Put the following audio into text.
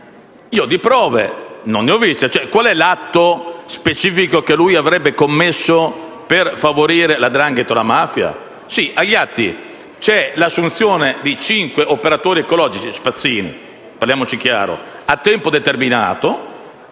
Io di prove non ne ho viste. Qual è l'atto specifico che lui avrebbe commesso per favorire la 'ndrangheta o la mafia? Sì, agli atti c'è l'assunzione di cinque operatori ecologici - spazzini, parliamoci chiaro - a tempo determinato.